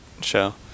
show